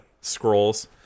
Scrolls